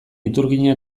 iturgina